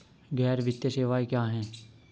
गैर वित्तीय सेवाएं क्या हैं?